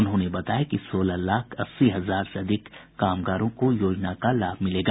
उन्होंने बताया कि सोलह लाख अस्सी हजार से अधिक कामगारों को योजना का लाभ मिलेगा